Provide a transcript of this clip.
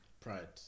pride